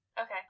Okay